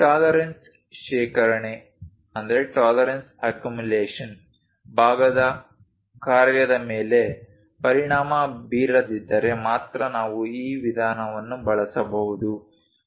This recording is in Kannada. ಟಾಲರೆನ್ಸ್ ಶೇಖರಣೆ ಭಾಗದ ಕಾರ್ಯದ ಮೇಲೆ ಪರಿಣಾಮ ಬೀರದಿದ್ದರೆ ಮಾತ್ರ ನಾವು ಈ ವಿಧಾನವನ್ನು ಬಳಸಬಹುದು